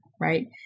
Right